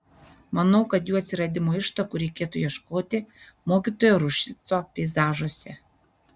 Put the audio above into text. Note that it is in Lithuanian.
manau kad jų atsiradimo ištakų reikėtų ieškoti mokytojo ruščico peizažuose